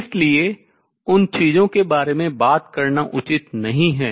इसलिए उन चीजों के बारे में बात करना उचित नहीं है